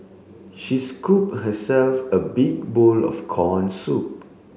she scoop herself a big bowl of corn soup